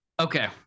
okay